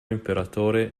imperatore